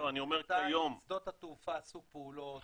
בינתיים שדות התעופה עשו פעולות,